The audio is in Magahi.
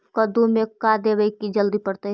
कददु मे का देबै की जल्दी फरतै?